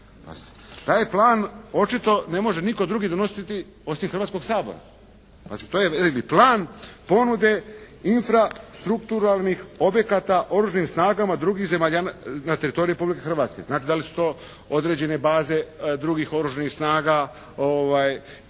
taj plan očito ne može nitko drugi donositi osim Hrvatskog sabora. To je plan ponude infrastrukturalnih objekata u Oružanim snagama drugih zemalja na teritoriju Republike Hrvatske. Znači da li su to određene baze drugih oružanih snaga i ne